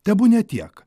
tebūnie tiek